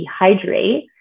dehydrate